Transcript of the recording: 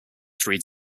three